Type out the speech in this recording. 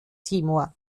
timor